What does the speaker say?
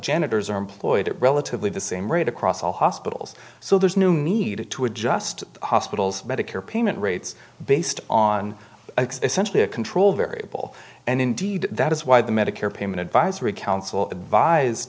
janitors are employed at relatively the same rate across all hospitals so there's no need to adjust hospitals medicare payment rates based on essentially a control variable and indeed that is why the medicare payment advisory coun